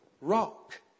rock